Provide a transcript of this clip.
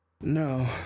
No